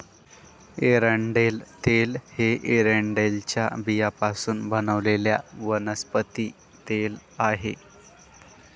एरंडेल तेल हे एरंडेलच्या बियांपासून बनवलेले वनस्पती तेल आहे